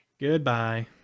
goodbye